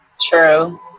True